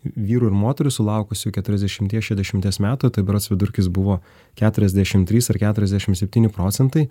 vyrų ir moterų sulaukusių keturiasdešimties šešiasdešimties metų tai berods vidurkis buvo keturiasdešimt trys ar keturiasdešimt septyni procentai